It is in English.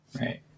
right